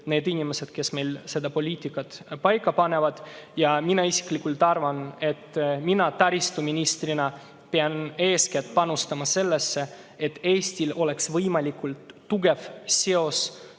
need inimesed, kes meil seda poliitikat paika panevad. Isiklikult arvan, et mina taristuministrina pean eeskätt panustama sellesse, et Eestil oleks võimalikult tugev seos